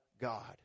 God